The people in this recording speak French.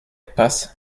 passent